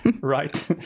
Right